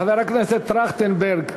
חבר הכנסת טרכטנברג.